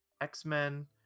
X-Men